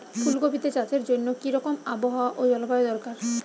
ফুল কপিতে চাষের জন্য কি রকম আবহাওয়া ও জলবায়ু দরকার?